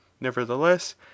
Nevertheless